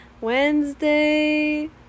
Wednesday